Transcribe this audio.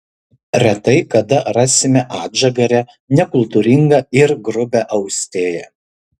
retai kada rasime atžagarią nekultūringą ir grubią austėją